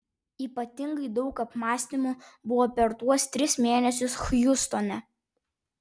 ypatingai daug apmąstymų buvo per tuos tris mėnesius hjustone